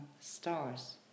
stars